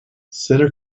center